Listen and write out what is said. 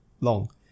long